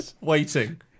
waiting